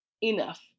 enough